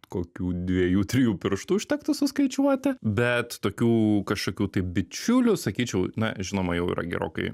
kokių dviejų trijų pirštų užtektų suskaičiuoti bet tokių kažkokių tai bičiulių sakyčiau na žinoma jau yra gerokai